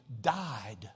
died